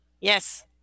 Yes